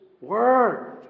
word